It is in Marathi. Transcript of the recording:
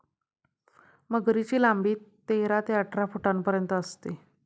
मगरीची लांबी तेरा ते अठरा फुटांपर्यंत असते